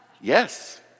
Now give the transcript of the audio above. Yes